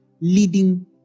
leading